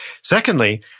Secondly